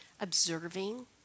observing